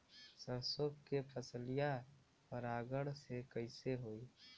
सरसो के फसलिया परागण से कईसे होई?